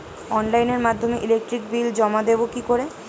অনলাইনের মাধ্যমে electric bill জমা দেবো কি করে?